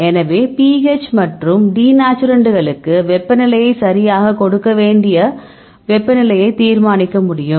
எனவே pH மற்றும் டிநேச்சுரண்டுகளுக்கு வெப்பநிலையை சரியாக கொடுக்க வேண்டிய வெப்பநிலையை தீர்மானிக்க முடியும்